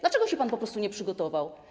Dlaczego się pan po prostu nie przygotował?